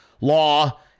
law